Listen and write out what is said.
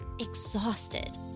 exhausted